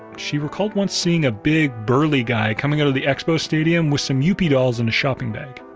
she recalled once seeing a big, burly guy coming out of the expo stadium with some youppi dolls in a shopping bag.